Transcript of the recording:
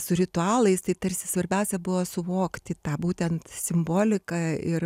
su ritualais tai tarsi svarbiausia buvo suvokti tą būtent simboliką ir